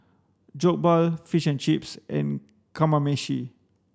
Jokbal fish and chips and Kamameshi